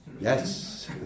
Yes